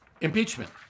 Impeachment